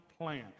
plan